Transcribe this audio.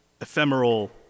ephemeral